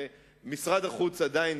ומשרד החוץ עדיין,